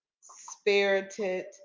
spirited